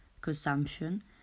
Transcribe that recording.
consumption